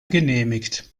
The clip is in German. genehmigt